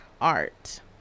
art